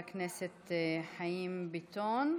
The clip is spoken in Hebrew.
חבר הכנסת חיים ביטון,